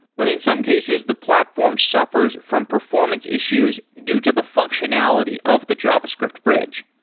but in some cases, the platform suffers from performance issues due to the functionality of the javascript bridge.